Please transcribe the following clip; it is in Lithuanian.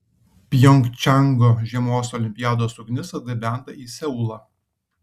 pjongčango žiemos olimpiados ugnis atgabenta į seulą